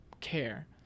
care